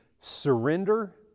surrender